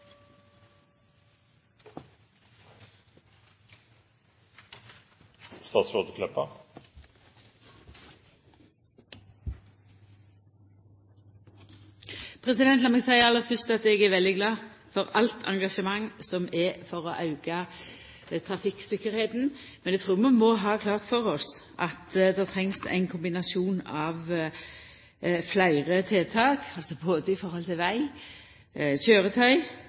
veldig glad for alt engasjement som er for å auka trafikktryggleiken, men eg trur vi må ha klart for oss at det trengst ein kombinasjon av fleire tiltak i høve til både